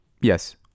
Yes